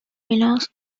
belonged